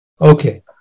Okay